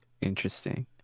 Interesting